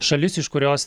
šalis iš kurios